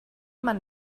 man